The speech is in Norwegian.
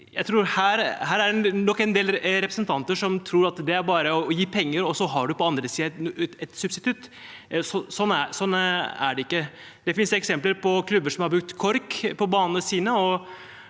tror at det nok er en del representanter som tror at det bare er å gi penger, og så har man på den andre siden et substitutt. Sånn er det ikke. Det finnes eksempler på klubber som har brukt kork på banene sine.